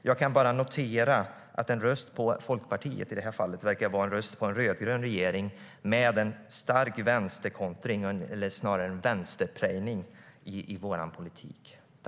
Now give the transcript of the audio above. Jag kan bara notera att en röst på Folkpartiet i det här fallet verkar vara en röst på en rödgrön regering med en stark vänsterkontring eller snarare vänsterprejning i vår politik.